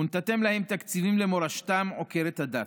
ונתתם להם תקציבים למורשתם עוקרת הדת.